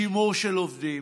שימור של עובדים,